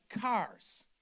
cars